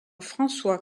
françois